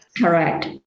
Correct